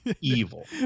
Evil